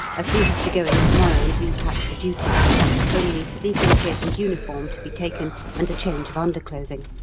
as we have to go in to-morrow and repack for duty only sleeping kit and uniform to be taken, and a change of underclothing.